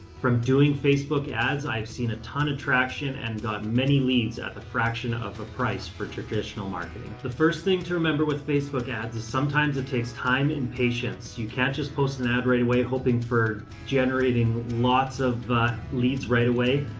from doing facebook ads, i have seen a ton of traction and got many leads at the fraction of a price for traditional marketing. the first thing to remember with facebook ads is sometimes it takes time and patience. you can't just post an ad right away hoping for generating lots of leads right away.